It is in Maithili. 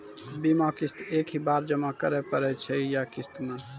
बीमा किस्त एक ही बार जमा करें पड़ै छै या किस्त मे?